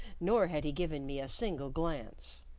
nor had he given me a single glance.